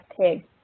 pig